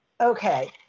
Okay